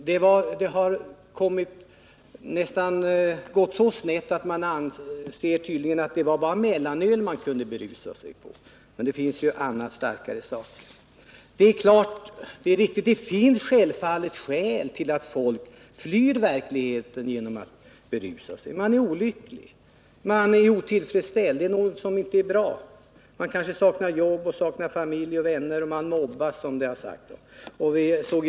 Debatten har gått så snett att man nu tydligen anser att det inte är möjligt att berusa sig på något annat än mellanöl, och man glömmer att det finns andra och starkare saker. Självfallet finns det skäl till att folk flyr verkligheten genom att berusa sig. Man är olycklig, och man är otillfredsställd. Det är något som inte är bra. Man kanske saknar jobb, familj och vänner, eller man kanske mobbas, som det har sagts här.